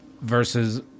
versus